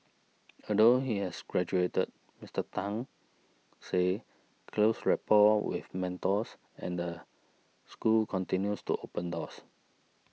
although he has graduated Mister Tan said close rapport with mentors and the school continues to open doors